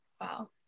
Wow